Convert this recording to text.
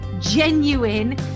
genuine